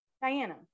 Diana